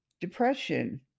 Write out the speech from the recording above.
depression